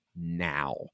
Now